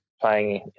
playing